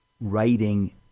writing